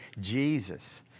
Jesus